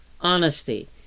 honesty